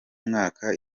mwaka